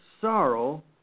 sorrow